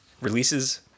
Releases